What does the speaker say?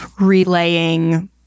relaying